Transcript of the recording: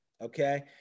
Okay